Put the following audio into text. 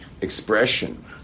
expression